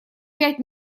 пять